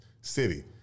city